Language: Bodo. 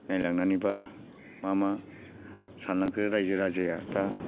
नायलांनानैबा मा मा सानलांखो रायजो राजाया दा